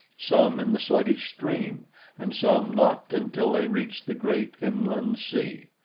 some in the sluggish stream and some not until they reached the great inland sea.